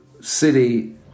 city